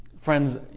Friends